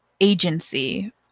agency